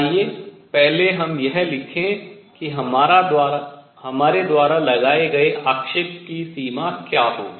आइए पहले हम यह लिखें कि हमारे द्वारा लगाए गए आक्षेप की सीमा क्या होगी